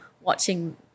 watching